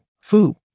Fu